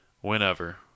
whenever